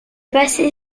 passé